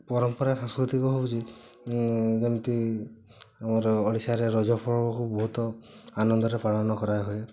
ପରମ୍ପରା ସାଂସ୍କୃତିକ ହେଉଛି ଯେମିତି ଆମର ଓଡ଼ିଶାରେ ରଜପର୍ବକୁ ବହୁତ ଆନନ୍ଦରେ ପାଳନ କରାହଏ